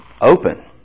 open